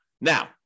Now